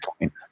point